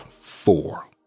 four